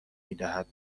میدهد